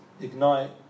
ignite